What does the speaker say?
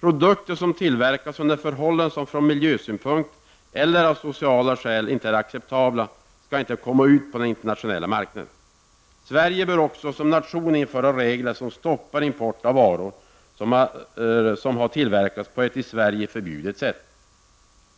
Produkter som tillverkas under förhållanden som från miljösynpunkt eller av sociala skäl inte är acceptabla skall inte komma ut på den internationella marknaden. Sverige bör också som nation införa regler som stoppar import av varor som har tillverkats på ett i Sverige förbjudet sätt.